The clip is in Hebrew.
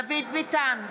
דוד ביטן,